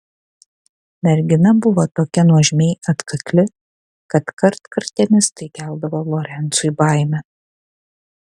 mergina buvo tokia nuožmiai atkakli kad kartkartėmis tai keldavo lorencui baimę